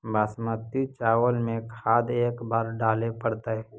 बासमती चावल में खाद के बार डाले पड़तै?